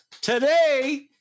today